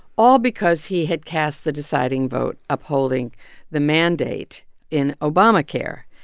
all because he had cast the deciding vote upholding the mandate in obamacare.